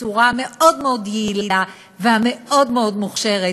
בצורה מאוד מאוד יעילה ומאוד מאוד מוכשרת,